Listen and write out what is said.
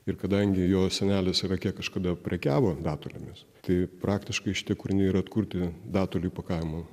ir kadangi jo senelis irake kažkada prekiavo datulėmis tai praktiškai šitie kūriniai yra atkurti datulių pakavimo